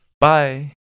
Bye